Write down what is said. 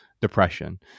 depression